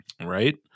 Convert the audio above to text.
right